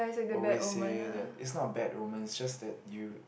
always say that is not a bad omen just that you